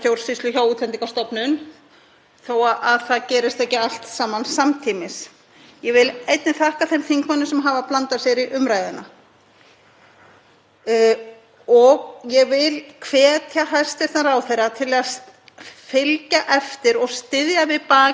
og vil hvetja hæstv. ráðherra til að fylgja eftir og styðja við bakið á þessari innleiðingu og þeim framförum sem eiga sér stað hjá Útlendingastofnun að mér sýnist eiginlega bara þessa dagana, eftir því sem ég hef fylgst með á vefnum.